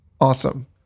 Awesome